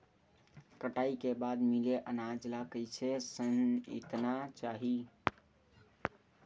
कटाई के बाद मिले अनाज ला कइसे संइतना चाही?